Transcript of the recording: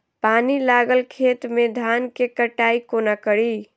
पानि लागल खेत मे धान केँ कटाई कोना कड़ी?